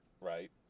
right